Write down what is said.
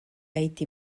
été